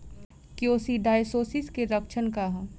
Coccidiosis के लक्षण का ह?